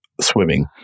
swimming